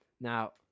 Now